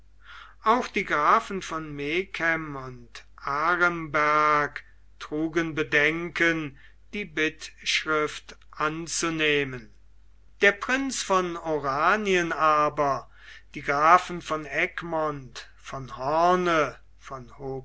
auch die grafen von megen und aremberg trugen bedenken die bittschrift anzunehmen der prinz von oranien aber die grafen von egmont von hoorn von